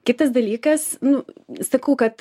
kitas dalykas nu sakau kad